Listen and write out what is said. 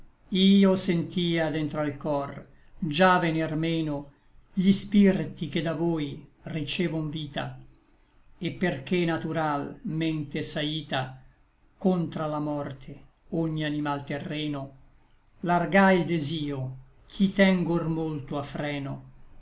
io sentia dentr'al cor già venir meno gli spirti che da voi ricevon vita et perché natural mente s'aita contra la morte ogni animal terreno largai l desio ch'i teng'or molto a freno